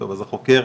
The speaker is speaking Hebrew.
החוקר,